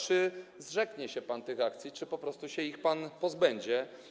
Czy zrzeknie się pan tych akcji, czy po prostu się ich pan pozbędzie?